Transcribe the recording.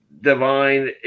divine